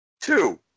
Two